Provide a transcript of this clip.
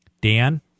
Dan